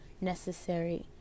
Necessary